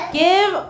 give